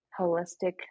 holistic